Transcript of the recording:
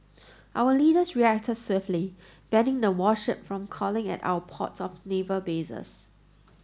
our leaders reacted swiftly banning the warship from calling at our ports or naval bases